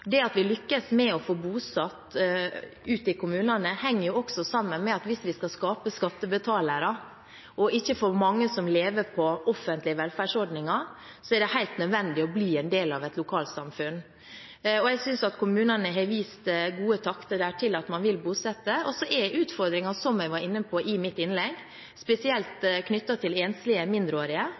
Det at vi lykkes med å få bosatt ute i kommunene, henger sammen med at hvis vi skal skape skattebetalere og ikke få mange som lever på offentlige velferdsordninger, er det helt nødvendig at de blir en del av et lokalsamfunn. Jeg synes kommunene har vist gode takter og vil bosette. Så er utfordringen, som jeg var inne på i mitt innlegg, spesielt knyttet til enslige mindreårige.